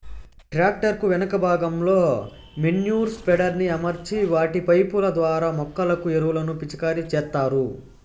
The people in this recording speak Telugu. ట్రాక్టర్ కు వెనుక భాగంలో మేన్యుర్ స్ప్రెడర్ ని అమర్చి వాటి పైపు ల ద్వారా మొక్కలకు ఎరువులను పిచికారి చేత్తారు